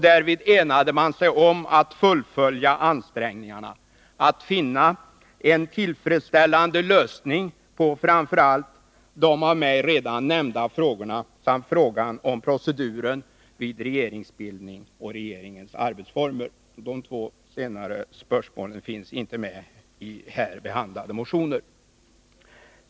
Därvid enade man sig om att fullfölja ansträngningarna att finna en tillfredsställande lösning på framför allt de av mig redan nämnda frågorna samt frågorna om proceduren vid regeringsbildning och regeringens arbetsformer. De två senare spörsmålen finns inte med i här behandlade motioner.